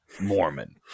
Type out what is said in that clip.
Mormon